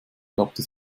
klappte